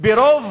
ברוב